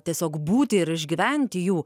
tiesiog būti ir išgyventi jų